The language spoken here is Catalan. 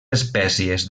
espècies